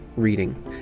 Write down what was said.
reading